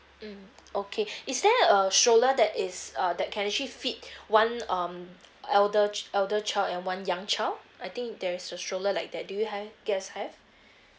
mm okay is there a stroller that is uh that can actually fit one um elder ch~ elder child and one young child I think there is a stroller like that do you ha~ guys have